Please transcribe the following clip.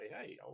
hey